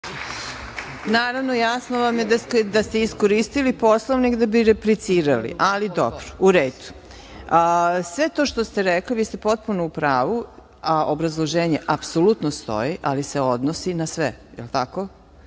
Naravno, jasno vam je da ste iskoristili Poslovnik da bi replicirali, ali dobro, u redu. Sve to što ste rekli vi ste potpuno u pravu, a obrazloženje apsolutno stoji, ali se odnosi na sve. Da li je tako?